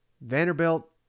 Vanderbilt